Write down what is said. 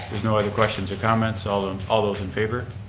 no other questions or comments? all and all those in favor?